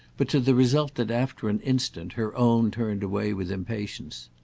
but to the result that after an instant her own turned away with impatience.